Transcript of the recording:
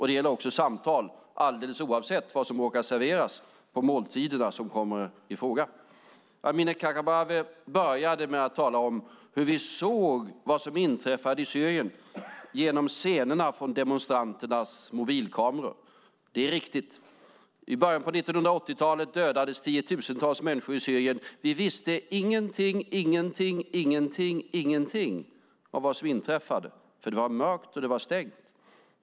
Det gäller också samtal, alldeles oavsett vad som råkar serveras vid måltiderna som kommer i fråga. Amineh Kakabaveh började med att tala om hur vi såg vad som inträffade i Syrien genom scenerna från demonstranternas mobilkameror. Det är riktigt. I början av 1980-talet dödades tiotusentals människor i Syrien. Vi visste ingenting, ingenting, ingenting och ingenting av vad som inträffade, för det var mörkt och stängt.